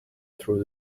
through